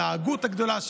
על ההגות הגדולה שלו,